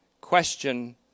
question